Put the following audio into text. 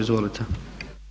Izvolite.